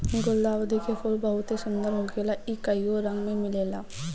गुलदाउदी के फूल बहुते सुंदर होखेला इ कइगो रंग में मिलेला